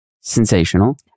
Sensational